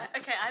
okay